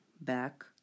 back